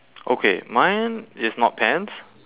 okay mine is not pants